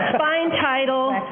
fine title.